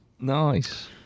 Nice